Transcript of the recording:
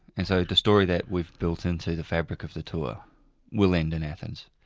and so the story that we've built into the fabric of the tour will end in athens.